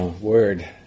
word